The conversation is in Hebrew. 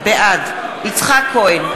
בעד יצחק כהן,